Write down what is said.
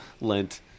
Lent